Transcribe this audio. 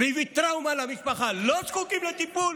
והדבר גרם טראומה למשפחה לא זקוק לטיפול?